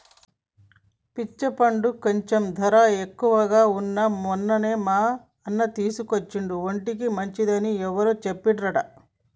peach పండ్లు కొంచెం ధర ఎక్కువగా వున్నా మొన్న మా అన్న తీసుకొచ్చిండు ఒంటికి మంచిది అని ఎవరో చెప్పిండ్రంట